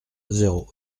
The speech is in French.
zéro